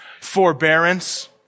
forbearance